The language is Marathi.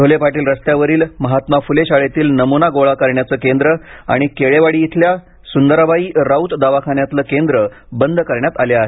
ढोले पाटील रस्त्यावरील महात्मा फुले शाळेतील नमुना गोळा करण्याचे केंद्र आणि केळेवाडी इथल्या सुंदराबाई राऊत दवाखान्यातलं केंद्र बंद करण्यात आले आहेत